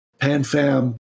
PanFam